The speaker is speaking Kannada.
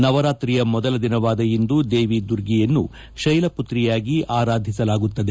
ನವರಾತ್ರಿಯ ಮೊದಲ ದಿನವಾದ ಇಂದು ದೇವಿ ದುರ್ಗಿಯನ್ನು ಶೈಲಪುತ್ರಿಯಾಗಿ ಆರಾಧಿಸಲಾಗುತ್ತದೆ